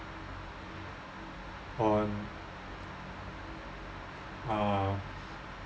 on uh